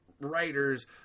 writers